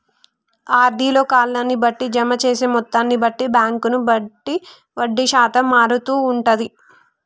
RD లో కాలాన్ని బట్టి, జమ చేసే మొత్తాన్ని బట్టి, బ్యాంకును బట్టి వడ్డీ శాతం మారుతూ ఉంటది